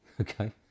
Okay